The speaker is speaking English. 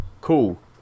cool